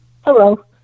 Hello